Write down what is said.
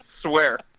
Swear